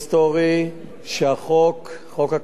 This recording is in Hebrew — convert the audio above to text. אכן יאושר בעוד כמה דקות.